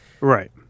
Right